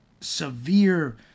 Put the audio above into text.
severe